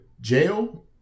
jail